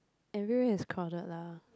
everywhere is crowded lah